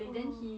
orh